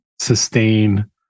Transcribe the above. sustain